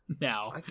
now